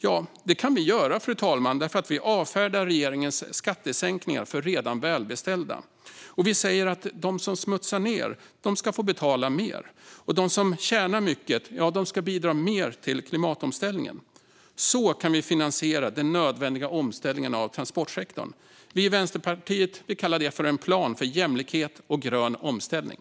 Detta kan vi göra, fru talman, därför att vi avfärdar regeringens skattesänkningar för redan välbeställda. Vi säger att de som smutsar ned ska få betala mer och att de som tjänar mycket ska bidra mer till klimatomställningen. Så kan vi finansiera den nödvändiga omställningen av transportsektorn. Vi i Vänsterpartiet kallar det en plan för jämlikhet och grön omställning.